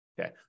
okay